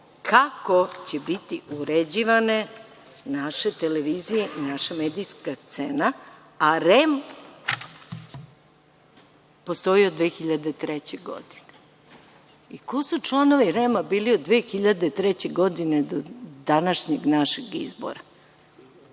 kako će biti uređivane naše televizije i naša medijska scena, a REM postoji od 2003. godine. Ko su članovi REM-a bili od 2003. godine do današnjeg našeg izbora?